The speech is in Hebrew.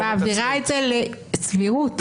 מעבירה את זה לסבירות.